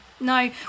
no